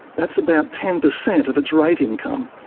that's about ten percent of its rate income.